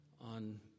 on